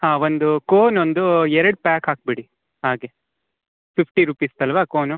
ಹಾಂ ಒಂದು ಕೋನ್ ಒಂದು ಎರಡು ಪ್ಯಾಕ್ ಹಾಕ್ಬಿಡಿ ಹಾಗೆ ಫಿಫ್ಟಿ ರುಪಿಸ್ದಲ್ವ ಕೋನು